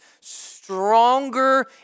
stronger